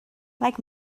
like